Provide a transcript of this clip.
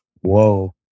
Whoa